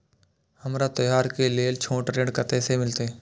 हमरा त्योहार के लेल छोट ऋण कते से मिलते?